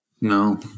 No